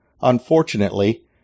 Unfortunately